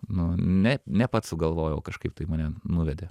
nu ne ne pats sugalvojau kažkaip tai mane nuvedė